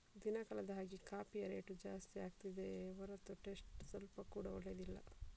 ದಿನ ಕಳೆದ ಹಾಗೇ ಕಾಫಿಯ ರೇಟು ಜಾಸ್ತಿ ಆಗ್ತಿದೆಯೇ ಹೊರತು ಟೇಸ್ಟ್ ಸ್ವಲ್ಪ ಕೂಡಾ ಒಳ್ಳೇದಿಲ್ಲ